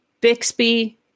Bixby